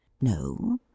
No